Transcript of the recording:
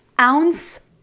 ounce